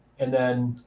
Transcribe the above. and then,